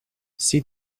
see